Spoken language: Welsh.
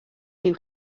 dyw